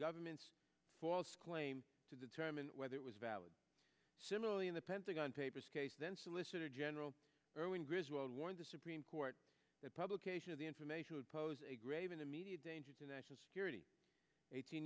government's false claim to determine whether it was valid similarly in the pentagon papers case then solicitor general erwin griswold warned the supreme court that publication of the information would pose a grave an immediate danger to national security eighteen